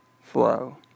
flow